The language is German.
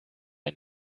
ein